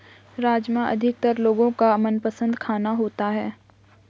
राजमा अधिकतर लोगो का मनपसंद खाना होता है